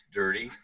dirty